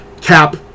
Cap